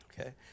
Okay